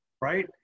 right